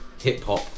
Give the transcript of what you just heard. hip-hop